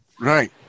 Right